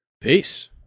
Peace